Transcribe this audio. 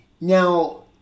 Now